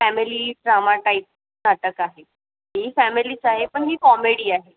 family drama type नाटक आहे ही फॅमिलीच आहे पण ही कॉमेडी आहे